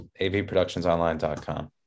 AVproductionsonline.com